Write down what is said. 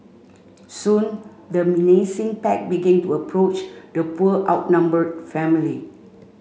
soon the menacing pack begin to approach the poor outnumbered family